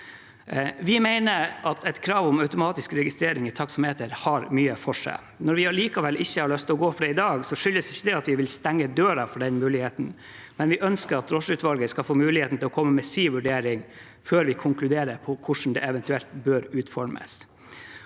Vi mener at et krav om automatisk registrering i taksameter har mye for seg. Når vi allikevel ikke har lyst til å gå inn for det i dag, skyldes ikke det at vi vil stenge døren for den muligheten, men vi ønsker at drosjeutvalget skal få mulighet til å komme med sin vurdering før vi konkluderer med hvordan det eventuelt bør utformes.